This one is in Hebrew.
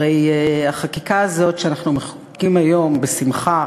הרי החקיקה הזאת, שאנחנו מחוקקים היום בשמחה